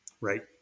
right